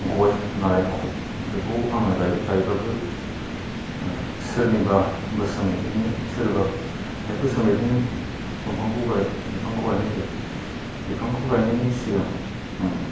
गय नारेंखल बेखौ आङो गायो गायब्लाबो ओ सोरनिबा बोसोन बादिनो सोरबा बोसोन बायदिनो बिफांखौ गायनाय जायो बिफांखौ गायनायनि सिगां आङो